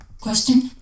question